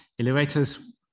Elevators